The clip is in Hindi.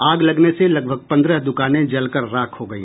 आग लगने से लगभग पंद्रह दुकानें जलकर राख हो गई